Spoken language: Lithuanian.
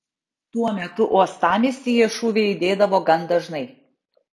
tuo metu uostamiestyje šūviai aidėdavo gan dažnai